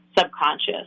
subconscious